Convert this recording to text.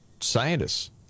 scientists